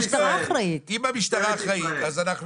משטרת ישראל אם המשטרה אחראית אז אנחנו